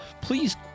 please